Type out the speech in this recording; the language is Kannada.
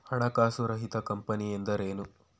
ಹಣಕಾಸು ರಹಿತ ಕಂಪನಿ ಎಂದರೇನು?